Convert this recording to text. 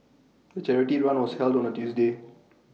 the charity run was held on A Tuesday